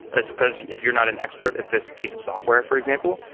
that's because if you're not an expert at this piece of software for example,